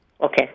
Okay